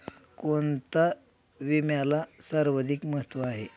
कोणता विम्याला सर्वाधिक महत्व आहे?